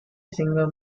singer